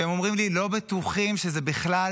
והם אומרים לי שהם לא בטוחים שזה בכלל